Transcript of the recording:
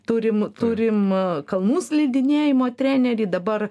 turim turim kalnų slidinėjimo trenerį dabar